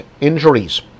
injuries